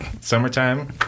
Summertime